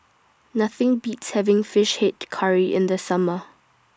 Nothing Beats having Fish Head Curry in The Summer